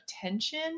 tension